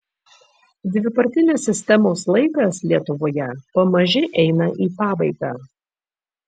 dvipartinės sistemos laikas lietuvoje pamaži eina į pabaigą